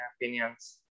opinions